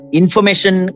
information